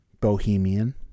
Bohemian